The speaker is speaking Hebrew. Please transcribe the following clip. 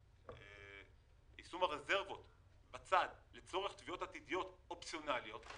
יישום הרזרבות בצד לצורך תביעות עתידיות אופציונאליות,